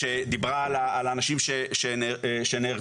שדיברה על האנשים שנהרגו,